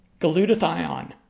glutathione